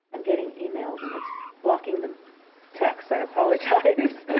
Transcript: i'm getting emails and it's blocking them texts. i apologize.